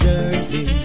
Jersey